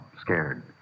Scared